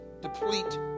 deplete